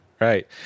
Right